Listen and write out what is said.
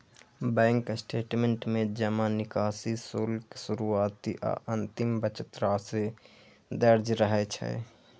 bank statement में जमा, निकासी, शुल्क, शुरुआती आ अंतिम बचत राशि दर्ज रहै छै